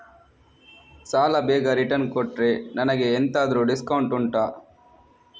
ಸಾಲ ಬೇಗ ರಿಟರ್ನ್ ಕೊಟ್ರೆ ನನಗೆ ಎಂತಾದ್ರೂ ಡಿಸ್ಕೌಂಟ್ ಉಂಟಾ